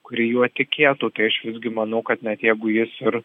kuri juo tikėtų tai aš visgi manau kad net jeigu jis ir